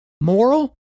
moral